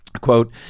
quote